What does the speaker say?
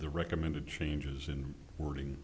the recommended changes and wor